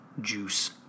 juice